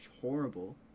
horrible